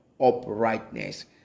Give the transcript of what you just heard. uprightness